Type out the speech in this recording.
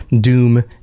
Doom